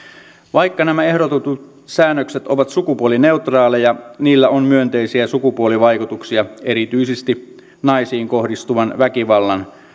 vaikka nämä ehdotetut säännökset ovat sukupuolineutraaleja niillä on myönteisiä sukupuolivaikutuksia erityisesti naisiin kohdistuvan väkivallan